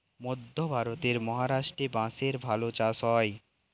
মধ্যে ভারতের মহারাষ্ট্রে বাঁশের ভালো চাষ হয়